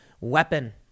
weapon